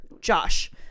Josh